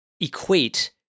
equate